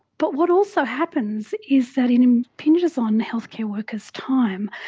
but what also happens is that it impinges on healthcare workers' time,